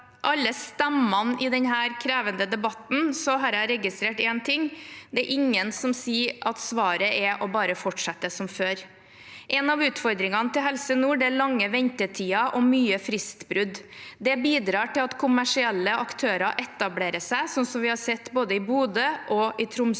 alle stemmene i denne krevende debatten, har jeg registrert en ting: Det er ingen som sier at svaret er bare å fortsette som før. En av utfordringene til Helse nord er lange ventetider og mye fristbrudd. Det bidrar til at kommersielle aktører etablerer seg, som vi har sett både i Bodø og i Tromsø.